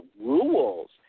rules